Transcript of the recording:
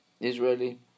Israeli